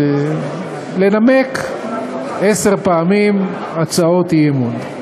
לנמק עשר פעמים הצעות אי-אמון.